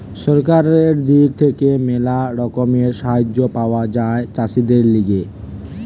সরকারের দিক থেকে ম্যালা রকমের সাহায্য পাওয়া যায় চাষীদের লিগে